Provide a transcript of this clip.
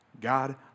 God